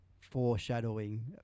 foreshadowing